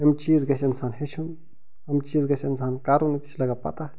یم چیٖز گژھِ انسان ہیٚچھُن یِم چیٖز گژھِ اِنسان کرُن أتی چھِ لگان پتاہ